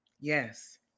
Yes